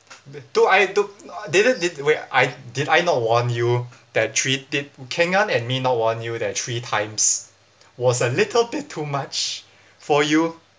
the d~ I do~ didn't did wa~ I did I not warn you that three did keng an and me not warn you that three times was a little bit too much for you